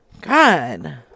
God